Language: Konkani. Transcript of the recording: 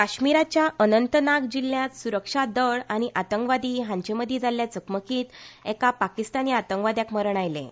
काश्मिराच्या अनंतनाग जिल्ह्यांत सुरक्षा दळ आनी आतंकवादी हांचेमदी जाल्ल्या चकमकींत एका पाकिस्तानी आतंकवाद्याक मरण आयलें